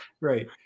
Right